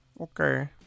Okay